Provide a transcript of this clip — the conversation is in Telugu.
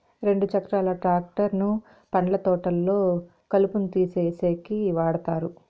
రెండు చక్రాల ట్రాక్టర్ ను పండ్ల తోటల్లో కలుపును తీసేసేకి వాడతారు